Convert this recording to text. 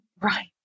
Right